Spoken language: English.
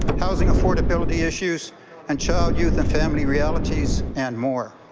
housing affordability issues and child, youth and family realties and more.